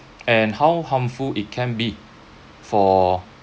and how harmful it can be for